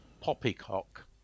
poppycock